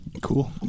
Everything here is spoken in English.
Cool